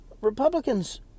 Republicans